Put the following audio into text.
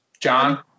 John